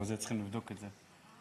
צריכים לבדוק את זה.